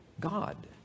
God